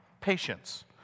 patience